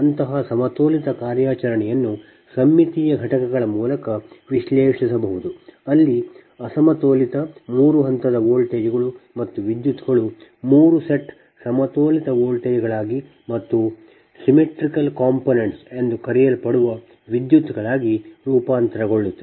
ಅಂತಹ ಅಸಮತೋಲಿತ ಕಾರ್ಯಾಚರಣೆಯನ್ನು ಸಮ್ಮಿತೀಯ ಘಟಕಗಳ ಮೂಲಕ ವಿಶ್ಲೇಷಿಸಬಹುದು ಅಲ್ಲಿ ಅಸಮತೋಲಿತ ಮೂರು ಹಂತದ ವೋಲ್ಟೇಜ್ಗಳು ಮತ್ತು ವಿದ್ಯುತ್ಗಳು ಮೂರು ಸೆಟ್ ಸಮತೋಲಿತ ವೋಲ್ಟೇಜ್ಗಳಾಗಿ ಮತ್ತು symmetrical components ಎಂದು ಕರೆಯಲ್ಪಡುವ ವಿದ್ಯುತ್ಗಳಾಗಿ ರೂಪಾಂತರಗೊಳ್ಳುತ್ತವೆ